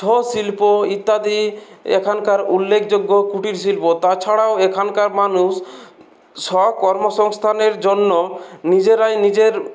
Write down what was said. ছৌ শিল্প ইত্যাদি এখানকার উল্লেখযোগ্য কুটির শিল্প তাছাড়াও এখানকার মানুস স্ব কর্মসংস্থানের জন্য নিজেরাই নিজের